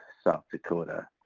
south dakota.